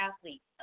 athletes